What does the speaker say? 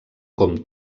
com